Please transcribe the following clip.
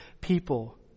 people